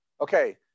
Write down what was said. Okay